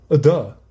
Duh